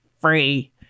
free